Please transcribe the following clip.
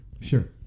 Sure